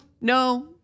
no